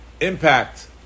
impact